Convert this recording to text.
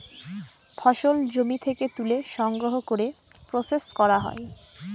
ফসল জমি থেকে তুলে সংগ্রহ করে প্রসেস করা হয়